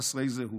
חסרי זהות.